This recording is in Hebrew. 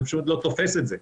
זה פשוט לא תופס את זה.